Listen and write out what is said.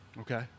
Okay